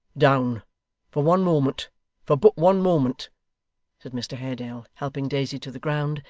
down for one moment for but one moment said mr haredale, helping daisy to the ground,